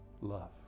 love